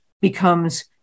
becomes